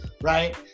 right